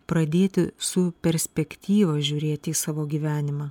pradėti su perspektyva žiūrėti į savo gyvenimą